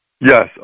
Yes